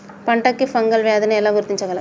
పంట కి ఫంగల్ వ్యాధి ని ఎలా గుర్తించగలం?